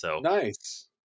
Nice